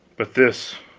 but this,